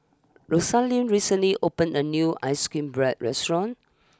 Rosaline recently opened a new Ice cream Bread restaurant